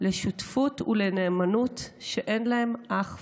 לשותפות ולנאמנות שאין להן אח ורע.